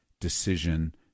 decision